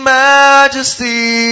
majesty